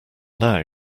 now